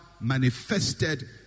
manifested